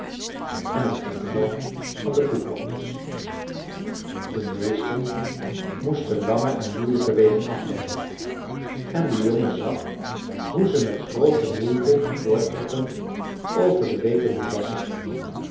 en het gebel van de koeklokjes de meesten moesten lange en moeielijke wegen afleggen en de jongen zag hoe ze met groote moeite voorttrokken over de weeke moerassen